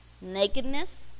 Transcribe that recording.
nakedness